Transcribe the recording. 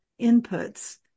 inputs